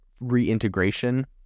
reintegration